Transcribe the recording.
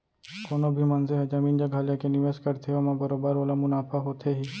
कोनो भी मनसे ह जमीन जघा लेके निवेस करथे ओमा बरोबर ओला मुनाफा होथे ही